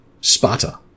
Sparta